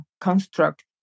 construct